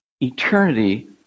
Eternity